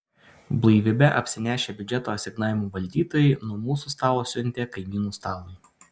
blaivybe apsinešę biudžeto asignavimų valdytojai nuo mūsų stalo siuntė kaimynų stalui